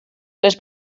les